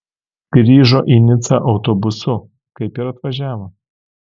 grįžo į nicą autobusu kaip ir atvažiavo